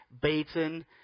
beaten